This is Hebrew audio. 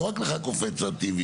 לא רק לך קופץ הטבעי,